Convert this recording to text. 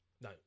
no